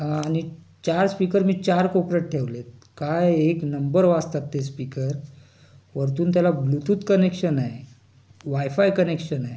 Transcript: आणि चार स्पीकर मी चार कोपऱ्यात ठेवलेत काय एक नंबर वाजतात ते स्पीकर वरतून त्याला ब्लुटुत कनेक्शन आहे वायफाय कनेक्शन आहे